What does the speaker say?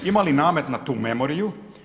Ima li namet na tu memoriju?